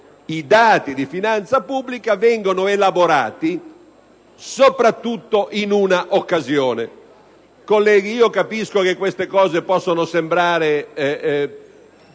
i dati di finanza pubblica vengono elaborati, soprattutto in un'occasione. Colleghi, capisco che queste cose possono sembrare